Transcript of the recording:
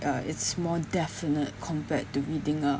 uh it's more definite compared to reading a